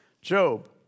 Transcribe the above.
Job